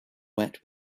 wet